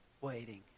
waiting